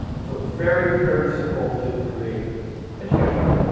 so very, very simple to create a geochart.